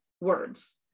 words